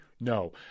No